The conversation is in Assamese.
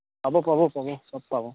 পাব পাব পাব চব পাব